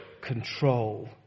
control